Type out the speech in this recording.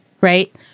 right